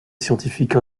scientifique